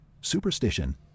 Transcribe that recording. superstition